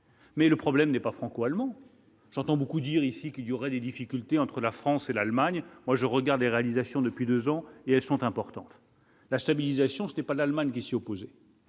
Mais le problème n'est pas franco-allemand, j'entends beaucoup dire ici qu'il y aurait des difficultés entre la France et l'Allemagne, moi je regardais réalisations depuis 2 ans, et elles sont importantes, la stabilisation, ce n'est pas l'Allemagne qui s'y opposer.